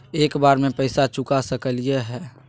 एक बार में पैसा चुका सकालिए है?